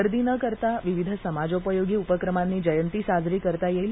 गर्दी न करता विविध समाजोपयोगी उपक्रमांनी जयंती साजरी करता येईल